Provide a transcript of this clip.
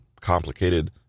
complicated